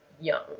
young